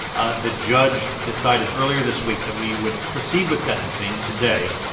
ah the judge decided earlier this week that we would proceed with sentencing today,